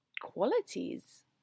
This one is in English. qualities